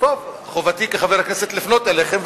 חובתי כחבר הכנסת לפנות אליכם,